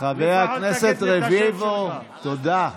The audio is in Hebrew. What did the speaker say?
חבר הכנסת רביבו, תודה.